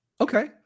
Okay